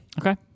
Okay